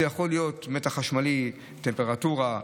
זה יכול להיות מתח חשמלי, טמפרטורה,